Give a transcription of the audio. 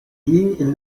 ġie